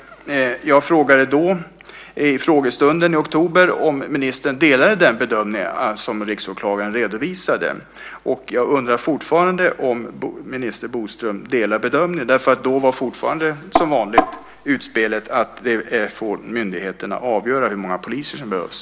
Jag frågade vid frågestunden i oktober om ministern delade den bedömning som riksåklagaren redovisade, och jag undrar fortfarande om minister Bodström delar denna bedömning. Då var utspelet fortfarande, som vanligt, att myndigheterna får avgöra hur många poliser som behövs.